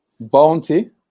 bounty